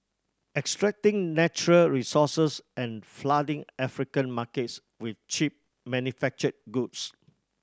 extracting natural resources and flooding African markets with cheap manufactured goods